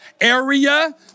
area